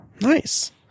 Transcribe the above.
nice